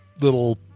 little